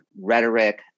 rhetoric